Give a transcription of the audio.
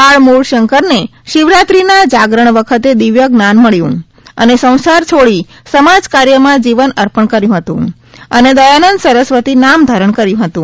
બાળ મુળશંકરને શિવરાત્રીના જાગરણ વખતે દિવ્ય જ્ઞાન મળ્યુ અને સંસાર છોડી સમાજ કાર્યમાં જીવન અર્પણ કરેલ અને દથાનંદ સરસ્વતી નામ ધારણ કર્યું હતું